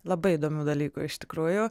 labai įdomių dalykų iš tikrųjų